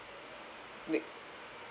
we